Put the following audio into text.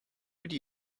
would